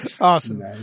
Awesome